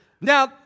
Now